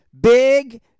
Big